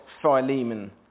Philemon